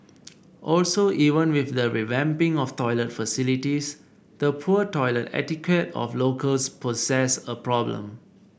also even with the revamping of toilet facilities the poor toilet etiquette of locals poses a problem